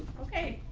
okay,